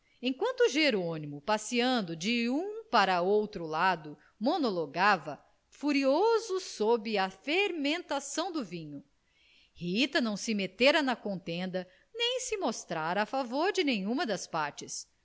enquanto jerônimo passeando de um para outro lado monologava furioso sob a fermentação do vinho rita não se metera na contenda nem se mostrara a favor de nenhuma das partes